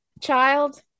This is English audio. child